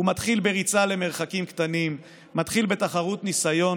/ הוא מתחיל בריצה למרחקים קטנים! / מתחיל בתחרות ניסיון,